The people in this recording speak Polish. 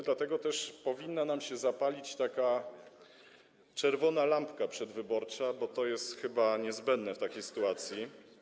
Dlatego też powinna nam się zapalić taka czerwona lampka przedwyborcza, bo to jest chyba niezbędne w takiej sytuacji.